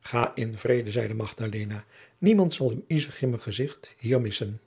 ga in vrede zeide magdalena niemand zal uw isegrimmengezicht hier missen